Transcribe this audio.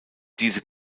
diese